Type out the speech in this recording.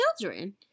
children